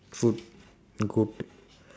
food to go to